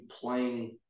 playing